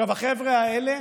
עכשיו, החבר'ה האלה